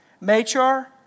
Machar